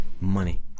money